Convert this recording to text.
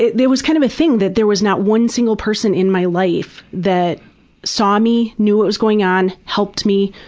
there was kind of a thing that there was not one single person in my life that saw me, knew what was going on, helped me,